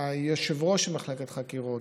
ראש מחלקת החקירות,